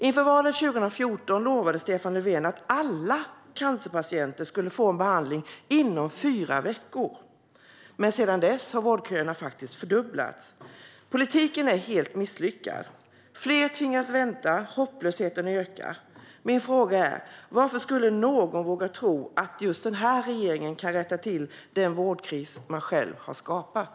Inför valet 2014 lovade Stefan Löfven att alla cancerpatienter skulle få behandling inom fyra veckor, men sedan dess har vårdköerna faktiskt fördubblats. Politiken är helt misslyckad. Fler tvingas vänta, och hopplösheten växer. Min fråga är: Varför skulle någon våga tro att just denna regering kan rätta till den vårdkris den själv har skapat?